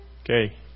Okay